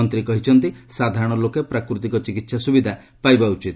ମନ୍ତ୍ରୀ କହିଛନ୍ତି ସାଧାରଣ ଲୋକେ ପ୍ରାକୃତିକ ଚିକିତ୍ସା ସୁବିଧା ପାଇବା ଉଚିତ